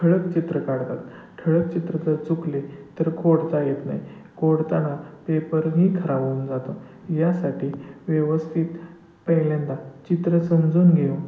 ठळक चित्र काढतात ठळक चित्र जर चुकले तर खोडता येत नाही खोडताना पेपर नी खराब होऊन जातो यासाठी व्यवस्थित पहिल्यांदा चित्र समजून घेऊन